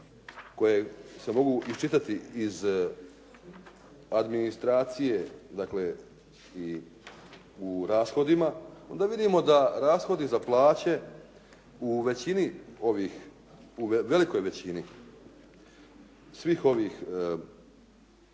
koje se mogu iščitati iz administracije, dakle i u rashodima onda vidimo da rashodi za plaće u velikoj većini svih ovih